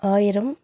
ஆயிரம்